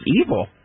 evil